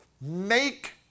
Make